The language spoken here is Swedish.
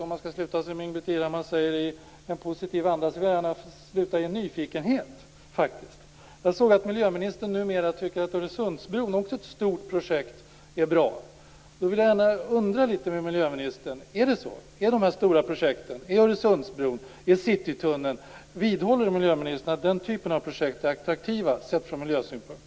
Ingbritt Irhammar avslutade sitt inlägg i en positiv anda. Det vill också jag gärna göra. Därför avslutar jag mitt inlägg i en nyfikenhet. Jag har sett att miljöministern numera tycker att Öresundsbron, också den ett stort projekt, är bra. Vidhåller miljöministern att Öresundsbron, Citytunneln och den typen av stora projekt är attraktiva från miljösynpunkt?